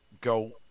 go